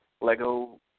Lego